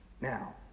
now